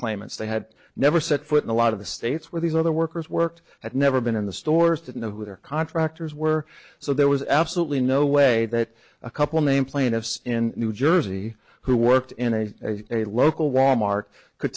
claimants they had never set foot in a lot of the states where these other workers worked had never been in the stores didn't know who their contractors were so there was absolutely no way that a couple name plaintiffs in new jersey who worked in a local wal mart could